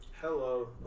Hello